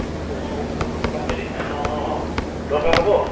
গতিকে মোক অলপ মেডিচাইনৰ দৰকাৰ হ'ব